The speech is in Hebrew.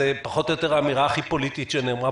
זו פחות או יותר האמירה הכי פוליטית שנאמרה